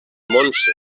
montse